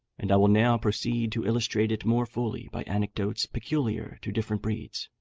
and i will now proceed to illustrate it more fully by anecdotes peculiar to different breeds.